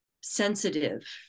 sensitive